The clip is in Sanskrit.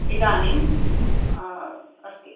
इदानीम् अस्ति